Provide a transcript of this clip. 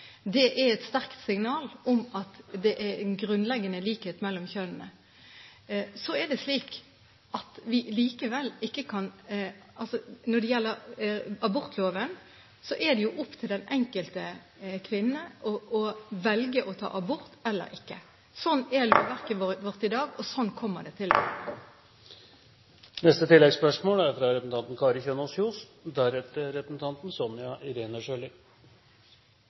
Det er et sterkt signal om at det er en grunnleggende likhet mellom kjønnene. Så er det slik at når det gjelder abortloven, er det opp til den enkelte kvinne å velge å ta abort eller ikke. Sånn er lovverket vårt i dag, og sånn kommer det til